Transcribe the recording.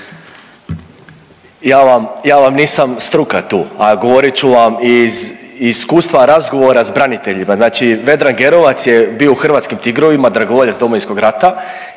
ja vam nisam struka tu, a govorit ću vam iz, iz iskustva razgovora s braniteljima. Znači Vedran Gerovac je bio u hrvatskim Tigrovima, dragovoljac Domovinskog rata